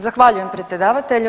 Zahvaljujem predsjedavatelju.